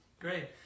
Great